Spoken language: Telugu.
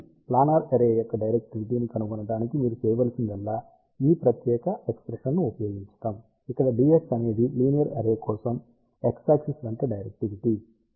కాబట్టి ప్లానార్ అర్రే యొక్క డైరెక్టివిటీని కనుగొనడానికి మీరు చేయవలసిందల్లా ఈ ప్రత్యేక ఎక్ష్ప్రెషన్ను ఉపయోగించడం ఇక్కడ Dx అనేది లీనియర్ అర్రే కోసం x యాక్సిస్ వెంట డైరెక్టివిటీ